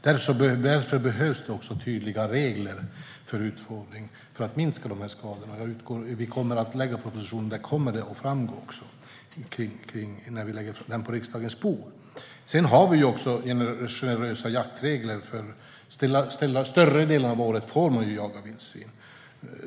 Därför behövs det tydliga regler för utfodring för att minska de här skadorna, och de kommer att framgå i den proposition som vi lägger fram på riksdagens bord. Sedan har vi generösa jaktregler, för under större delen av året får man ju jaga vildsvin.